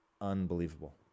unbelievable